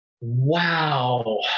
Wow